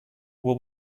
what